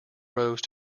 rose